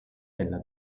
della